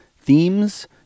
themes